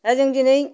दा जों दिनै